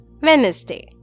Wednesday